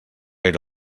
era